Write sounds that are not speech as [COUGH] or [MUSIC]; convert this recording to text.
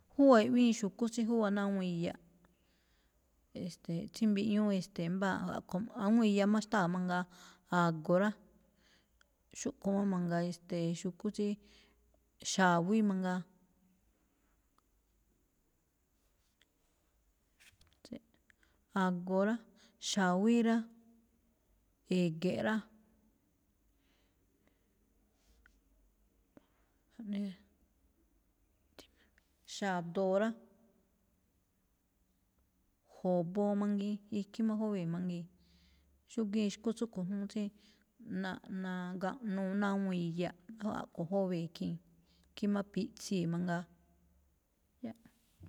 Júwa̱ꞌ i̱ꞌwíin xu̱kú tsí júwa̱ꞌ ná awúun iyaꞌ, e̱ste̱e̱, [HESITATION] tsí mbiꞌñúú, es̱te̱e̱, mbáa a̱ko̱, awúun iya má xtáa mangaa a̱go̱ rá, xúꞌkho̱ má mangaa, e̱ste̱e̱, [HESITATION] xu̱kú tsíí, xa̱wí mangaa. [HESITATION] a̱go̱ rá, xa̱wí rá, e̱ge̱ꞌ rá, [HESITATION] jnee, xa̱do̱o̱ rá, jo̱bo mangiin ikhín má júwée̱ mangii̱n. Xúgíin xkú tsúꞌkho̱ júún tsí naꞌ-nagaꞌnuu náa awúun iyaꞌ. A̱ꞌkho̱ jóve̱e̱ꞌ khii̱n, khín má piꞌtsii̱ mangaa.